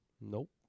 Nope